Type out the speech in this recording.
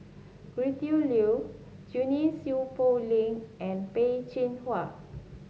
Gretchen Liu Junie Sng Poh Leng and Peh Chin Hua